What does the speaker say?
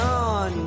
on